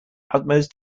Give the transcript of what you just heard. utmost